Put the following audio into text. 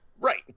right